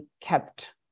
kept